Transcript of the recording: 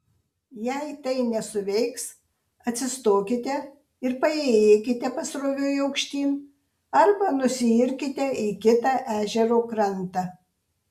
jei tai nesuveiks atsistokite ir paėjėkite pasroviui aukštyn arba nusiirkite į kitą ežero krantą